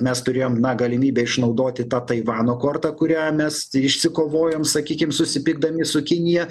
mes turėjom na galimybę išnaudoti tą taivano kortą kurią mes išsikovojom sakykim susipykdami su kinija